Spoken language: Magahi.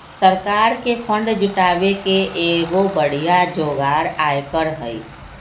सरकार के फंड जुटावे के एगो बढ़िया जोगार आयकर हई